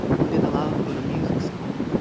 who didn't allow him to go to music school.